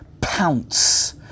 pounce